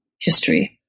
history